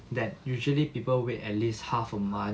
that usually people wait at least half a month